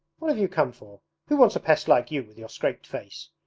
what have you come for? who wants a pest like you, with your scraped face?